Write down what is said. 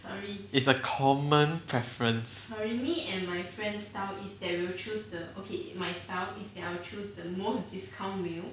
it's a common preference